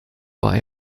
war